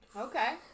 Okay